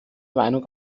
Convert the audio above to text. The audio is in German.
meinung